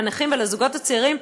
לזוגות הצעירים.